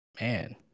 Man